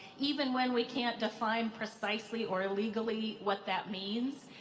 even when we can't define precisely or legally what that means.